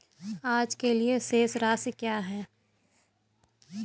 आज के लिए शेष राशि क्या है?